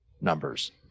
numbers